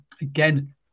again